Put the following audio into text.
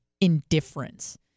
indifference